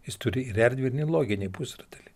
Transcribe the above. jis turi ir erdvinį ir loginį pusrutulį